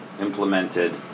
implemented